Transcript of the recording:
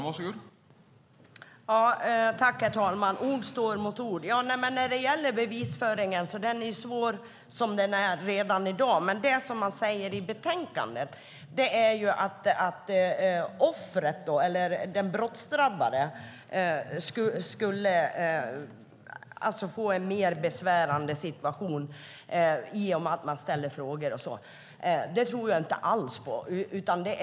Herr talman! Ja, ord står mot ord. När det gäller bevisföringen är den svår som den är redan i dag. Det som sägs i betänkandet är att offret, eller den brottsdrabbade, skulle få en mer besvärande situation i och med att man ställde frågor. Det tror jag inte alls på.